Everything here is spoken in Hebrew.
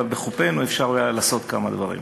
אבל בחופינו אפשר היה לעשות כמה דברים.